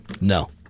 No